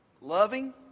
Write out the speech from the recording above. loving